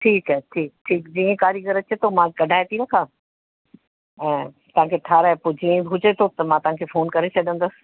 ठीकु आहे ठीकु ठीकु जीअं कारीगर अचे थो मां कढाए थी रखां ऐं तव्हांखे ठाराहे पोइ जीअं बि हुजे थो त मां तव्हांखे फ़ोन करे छॾींदसि